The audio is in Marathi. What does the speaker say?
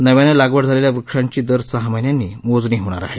नव्यानं लागवड झालेल्या वृक्षांची दर सहा महिन्यांनी मोजणी होणार आहे